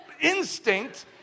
instinct